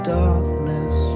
darkness